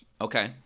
Okay